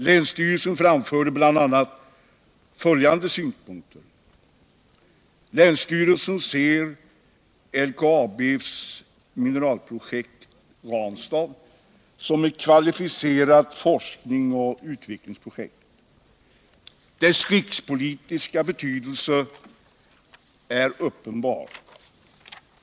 Länsstyrelsen framförde bl.a. följande synpunkter: ”Länsstyrelsen ser LKAB:s Mineralprojekt Ranstad som ewt kvalificerat forsknings och utvecklingsprojekt. Dess rikspolitiska betydelse är uppenbar.